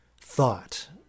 thought